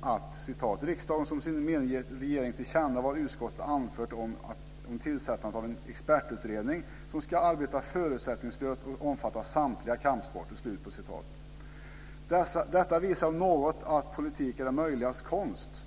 att riksdagen "bör som sin mening ge regeringen till känna vad utskottet anfört om tillsättandet av en expertutredning som skall arbeta förutsättningslöst och omfatta samtliga kampsporter". Detta visar om något att "politik är det möjligas konst".